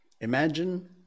imagine